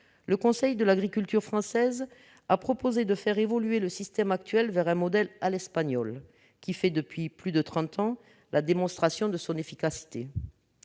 le Conseil de l'agriculture française a proposé de faire évoluer le système actuel vers un modèle « à l'espagnole » qui fait, depuis plus de trente ans, la démonstration de son efficacité.